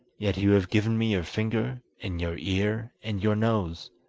yet you have given me your finger, and your ear, and your nose